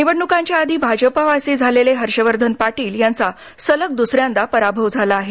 निवडण्कांच्या आधी भाजपावासी झालेले हर्षवर्धन पाटील यांचा सलग द्सऱ्यांदा पराभव झाला आहे